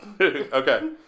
Okay